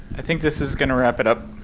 i think this is gonna wrap it up.